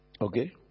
Okay